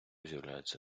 з’являються